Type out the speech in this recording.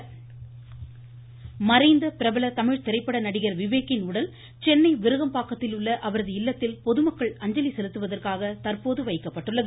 விவேக் மறைவு மறைந்த பிரபல தமிழ் திரைப்பட நடிகர் விவேக்கின் உடல் சென்னை விருகம்பாக்கத்திலுள்ள அவரது இல்லத்தில் பொதுமக்கள் அஞ்சலி செலுத்துவதற்காக தற்போது வைக்கப்பட்டுள்ளது